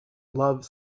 love